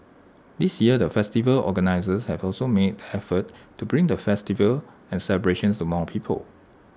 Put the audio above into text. this year the festival organisers have also made effort to bring the festival and celebrations to more people